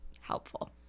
helpful